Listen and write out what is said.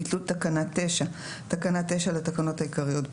ביטול תקנה 95.תקנה 9 לתקנות העיקריות - בטלה,